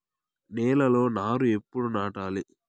నేలలో నారు ఎప్పుడు నాటాలి?